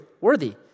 Worthy